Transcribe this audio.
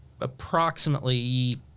approximately